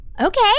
Okay